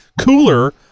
cooler